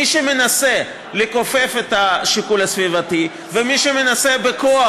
מי שמנסה לכופף את השיקול הסביבתי ומי שמנסה בכוח,